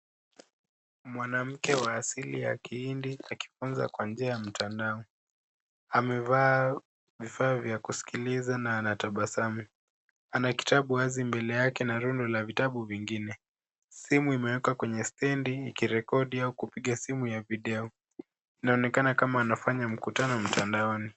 Mwanamke wa asili ya kihindi akifunza kwa njia ya mtandao. Amevaa vifaa vya kusikiliza na anatabasamu. Ana kitabu wazi mbele yake na rundu la vitabu vingine. Simu imewekwa kwenye stendi ikirekodi au kupiga simu ya video. Inaonekana kama anafanya mkutano mtandaoni.